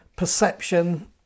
perception